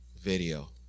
video